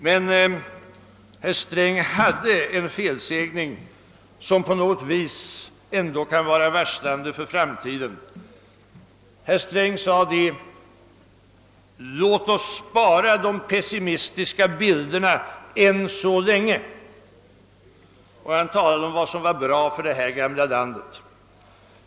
Men herr Sträng gjorde en felsägning som på något vis ändå kan vara varslande för framtiden. Herr Sträng sade: Låt oss spara de pessi mistiska bilderna än så länge! Och han talade om vad som var bra för det här gamla landet.